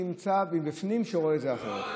ודאי שלמי שנמצא בפנים ורואה את זה אחרת.